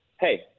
Hey